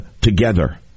together